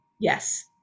Yes